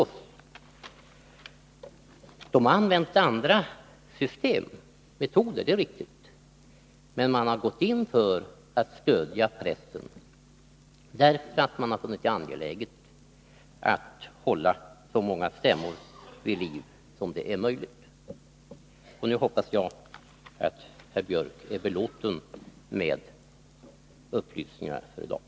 Man har där använt andra metoder, det är riktigt, men man har gått in för att stödja pressen, därför att man har funnit det angeläget att hålla så många stämmor vid liv som det är möjligt. Nu hoppas jag att herr Björck är belåten för i dag när det gäller upplysningar.